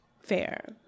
fair